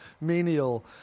menial